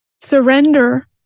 surrender